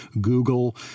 Google